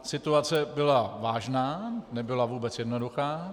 Situace byla vážná, nebyla vůbec jednoduchá.